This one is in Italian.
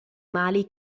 mali